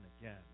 again